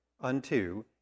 unto